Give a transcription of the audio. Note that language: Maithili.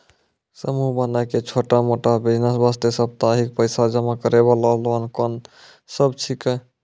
समूह बनाय के छोटा मोटा बिज़नेस वास्ते साप्ताहिक पैसा जमा करे वाला लोन कोंन सब छीके?